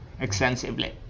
extensively